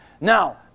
Now